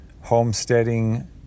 homesteading